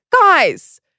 guys